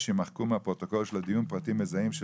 יימחקו מהפרוטוקול של הדיון פרטים מזהים של